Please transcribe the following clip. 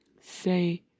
Say